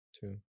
Two